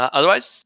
Otherwise